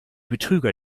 betrüger